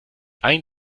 ein